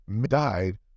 died